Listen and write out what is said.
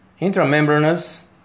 Intramembranous